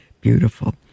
beautiful